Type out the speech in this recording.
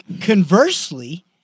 conversely